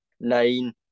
Nine